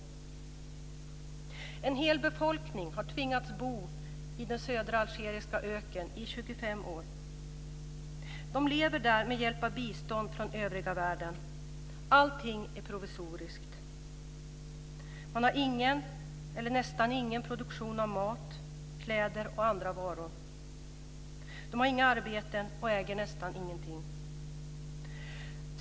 En hel befolkning har tvingats bo i den södra algeriska öknen i 25 år. De lever där med hjälp av bistånd från övriga världen. Allting är provisoriskt. De har nästan ingen produktion av mat, kläder eller andra varor. De har inga arbeten och äger nästan ingenting.